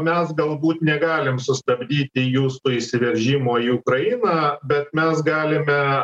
mes galbūt negalim sustabdyti jūsų įsiveržimo į ukrainą bet mes galime